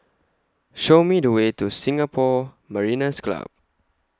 Show Me The Way to Singapore Mariners' Club